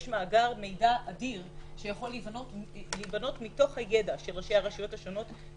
יש מאגר מידע אדיר שיכול להיבנות מהידע של ראשי הרשויות השונות,